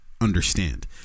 understand